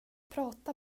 prata